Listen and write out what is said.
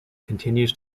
continues